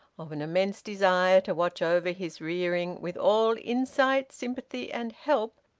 of an immense desire to watch over his rearing with all insight, sympathy, and help,